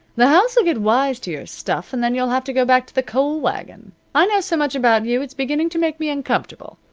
the house'll get wise to your stuff and then you'll have to go back to the coal wagon. i know so much about you it's beginning to make me uncomfortable.